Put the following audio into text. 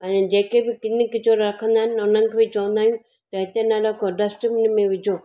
ऐं जेके बि किनी किचरो रखंदा आहिनि उनखां बि चवंदा आहियूं त हिते न रखो डस्टबिन में विझो